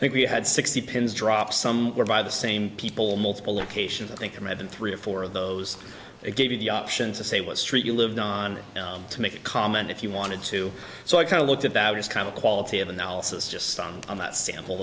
i think we had sixty pins drop some more by the same people multiple locations i think imagine three or four of those it gave you the option to say what street you lived on to make a comment if you wanted to so i kind of looked at that was kind of quality of analysis just on that sample